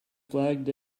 flagged